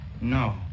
No